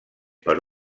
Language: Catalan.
per